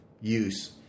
use